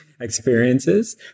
experiences